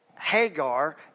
Hagar